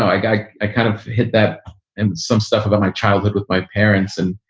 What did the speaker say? i got i kind of hit that and some stuff about my childhood with my parents. and,